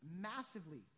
massively